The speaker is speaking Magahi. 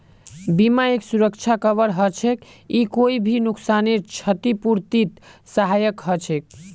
बीमा एक सुरक्षा कवर हछेक ई कोई भी नुकसानेर छतिपूर्तित सहायक हछेक